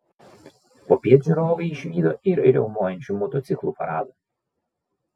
popiet žiūrovai išvydo ir riaumojančių motociklų paradą